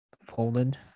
folded